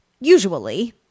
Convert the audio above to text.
usually